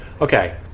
okay